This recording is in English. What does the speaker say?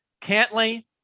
Cantley